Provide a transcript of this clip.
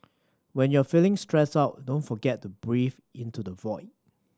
when you are feeling stressed out don't forget to breathe into the void